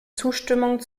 zustimmung